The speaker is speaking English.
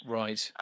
right